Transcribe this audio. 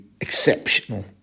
exceptional